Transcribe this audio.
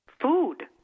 food